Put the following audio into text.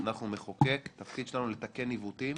אנחנו מחוקק, התפקיד שלנו לתקן עיוותים